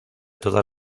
todas